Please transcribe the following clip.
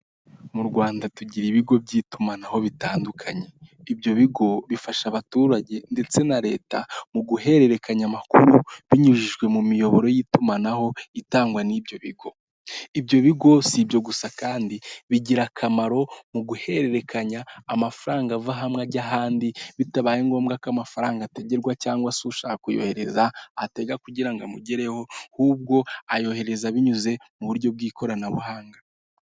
Mu Rwanda tugira ibigo by'itumanaho bitandukanye. Ibyo bigo bifasha abaturage ndetse na leta mu guhererekanya amakuru binyujijwe mu miyoboro y'itumanaho itangwa n'ibyo bigo. Ibyo bigo si ibyo gusa kandi bigira akamaro mu guhererekanya amafaranga ava hamwe ajyahandi bitabaye ngombwa ko amafaranga atategerwa cyangwa se ushaka kuyohereza atega kugira amugereho ahubwo ayohereza binyuze mu buryo bw'ikoranabuhanga.